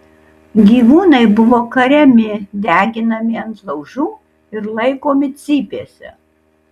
gyvūnai buvo kariami deginami ant laužų ir laikomi cypėse